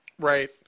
Right